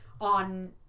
on